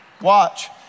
Watch